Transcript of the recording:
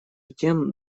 тем